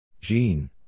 Jean